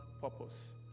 purpose